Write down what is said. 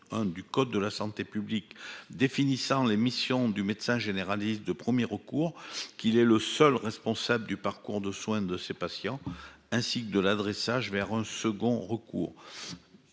du code de la santé publique définissant les missions du médecin généraliste de premier recours qu'il est le seul responsable du parcours de soins de ses patients, ainsi que de l'adressage vers un second recours.